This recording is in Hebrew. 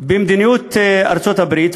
במדיניות ארצות-הברית,